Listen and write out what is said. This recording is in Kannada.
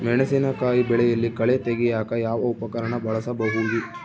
ಮೆಣಸಿನಕಾಯಿ ಬೆಳೆಯಲ್ಲಿ ಕಳೆ ತೆಗಿಯಾಕ ಯಾವ ಉಪಕರಣ ಬಳಸಬಹುದು?